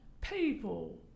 people